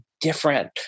different